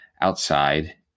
outside